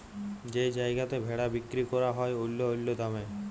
যেই জায়গাতে ভেড়া বিক্কিরি ক্যরা হ্যয় অল্য অল্য দামে